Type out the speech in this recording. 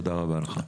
תודה רבה לך.